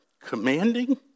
Commanding